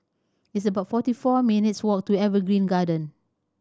it's about forty four minutes' walk to Evergreen Garden